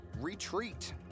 retreat